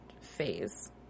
phase